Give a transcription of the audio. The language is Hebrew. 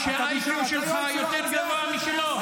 שה-IQ שלך יותר גבוה משלו.